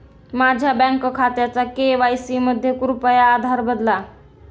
माझ्या बँक खात्याचा के.वाय.सी मध्ये कृपया आधार बदला